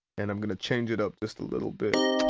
and i'm gonna change it up just a little bit.